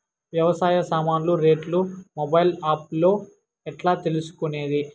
వ్యవసాయ సామాన్లు రేట్లు మొబైల్ ఆప్ లో ఎట్లా తెలుసుకునేది?